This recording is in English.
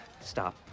Stop